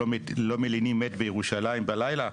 לא מלינים מת בירושלים בלילה,